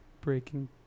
Breaking